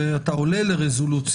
אתה עולה לרזולוציה